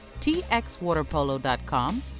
txwaterpolo.com